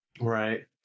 Right